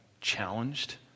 challenged